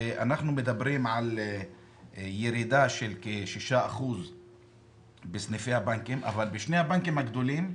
אנחנו מדברים על ירידה של כ-6% בסניפי הבנקים אבל בשני הבנקים הגדולים,